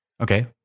Okay